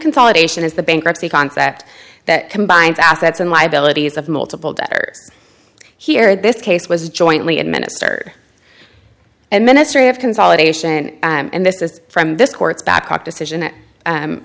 consolidation is the bankruptcy concept that combines assets and liabilities of multiple debtors here this case was jointly administered and ministry of consolidation and this is from this court